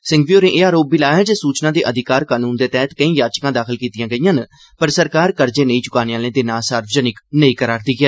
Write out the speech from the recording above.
सिंघवी होरें आरोप लाया जे सूचना दे अधिकार कनून दे तैहत केईं याचिकां दाखल कीतीआं गेईआं न पर सरकार कर्जे नेईं चुकाने आहलें दे नांऽ सार्वजनिक नेईं करा'रदी ऐ